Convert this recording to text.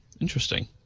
interesting